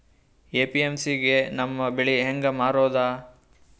APMC ಗೆ ನಮ್ಮ ಬೆಳಿ ಹೆಂಗ ಮಾರೊದ?